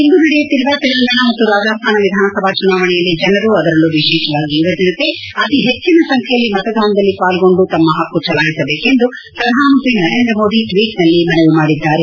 ಇಂದು ನಡೆಯುತ್ತಿರುವ ತೆಲಂಗಾಣ ಮತ್ತು ರಾಜಸ್ತಾನ ವಿಧಾನಸಭಾ ಚುನಾವಣೆಯಲ್ಲಿ ಜನರು ಅದರಲ್ಲೂ ವಿಶೇಷವಾಗಿ ಯುವಜನತೆ ಅತಿ ಹೆಚ್ಚಿನ ಸಂಖ್ಯೆಯಲ್ಲಿ ಮತದಾನದಲ್ಲಿ ಪಾಲ್ಗೊಂಡು ತಮ್ಮ ಪಕ್ಕು ಚಲಾಯಿಸಬೇಕು ಎಂದು ಪ್ರಧಾನ ಮಂತ್ರಿ ನರೇಂದ್ರ ಮೋದಿ ಟ್ವೀಟ್ನಲ್ಲಿ ಮನವಿ ಮಾಡಿದ್ದಾರೆ